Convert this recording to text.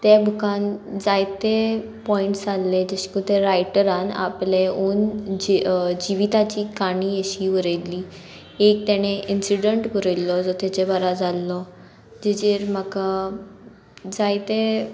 तें बुकान जायते पॉयंट्स आहल्ले जशे की तें रायटरान आपले ओन जि जिविताची काणी अशी बरयल्ली एक तेणे इन्सिडंट बरयल्लो जो तेचे बारा जाल्लो तेजेर म्हाका जायते